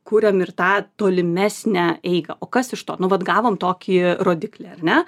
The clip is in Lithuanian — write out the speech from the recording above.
kuriam ir tą tolimesnę eigą o kas iš to nu vat gavom tokį rodiklį ar ne